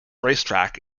racetrack